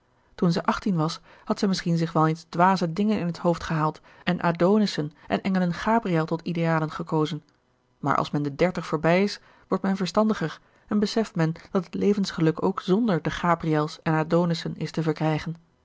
toen zij achttien was had zij misschien zich wel eens dwaze dingen in het hoofd gehaald en adonissen en engelen gabriël tot idealen gekozen maar als men de dertig voorbij is wordt men verstandiger en beseft men dat het levensgeluk ook zonder de gabriëls en adonissen is te verkrijgen